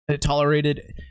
tolerated